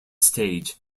stage